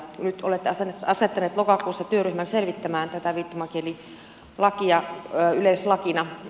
nyt olette asettanut lokakuussa työryhmän selvittämään tätä viittomakielilakia yleislakina